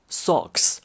socks